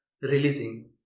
releasing